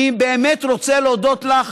אני באמת רוצה להודות לך